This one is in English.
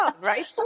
right